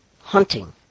hunting